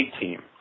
team